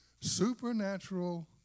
Supernatural